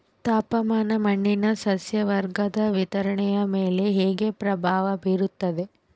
ತಾಪಮಾನ ಮಣ್ಣಿನ ಸಸ್ಯವರ್ಗದ ವಿತರಣೆಯ ಮೇಲೆ ಹೇಗೆ ಪ್ರಭಾವ ಬೇರುತ್ತದೆ?